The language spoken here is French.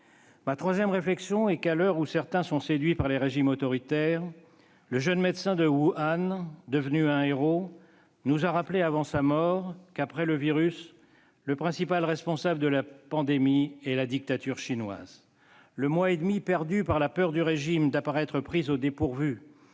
Ma troisième réflexion est que, à l'heure où certains sont séduits par les régimes autoritaires, le jeune médecin de Wuhan, devenu un héros, nous a rappelé, avant sa mort, qu'après le virus le principal responsable de la pandémie était la dictature chinoise. Le mois et demi perdu par la peur du régime d'apparaître pris au dépourvu